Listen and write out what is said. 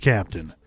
Captain